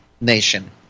nation